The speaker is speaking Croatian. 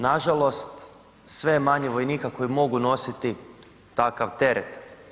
Nažalost, sve je manje vojnika koji mogu nositi takav teret.